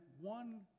one